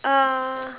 uh